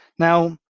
Now